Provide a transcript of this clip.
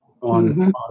on